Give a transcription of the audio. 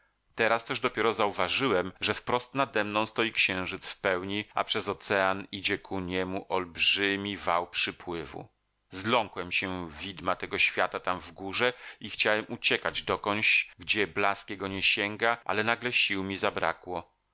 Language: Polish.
teraz też dopiero zauważyłem że wprost nademną stoi księżyc w pełni a przez ocean idzie ku niemu olbrzymi wał przypływu zląkłem się widma tego świata tam w górze i chciałem uciekać dokądś gdzie blask jego nie sięga ale nagle sił mi zabrakło